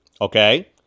okay